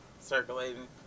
circulating